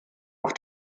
auf